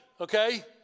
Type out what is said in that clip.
okay